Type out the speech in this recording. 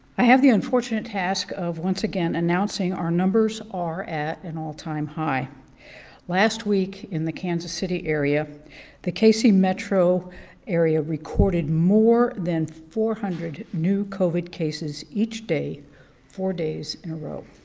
i have the unfortunate task of once again announcing our numbers are at an all-time high last week in the kansas city area the kc metro area recorded more than four hundred new covid cases each day four days in a row.